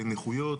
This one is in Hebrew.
בנכויות,